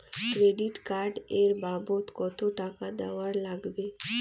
Credit card এর বাবদ কতো টাকা দেওয়া লাগবে?